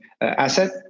asset